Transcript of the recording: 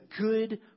good